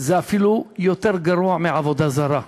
זה אפילו יותר גרוע מעבודה זרה.